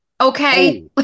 okay